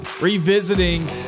Revisiting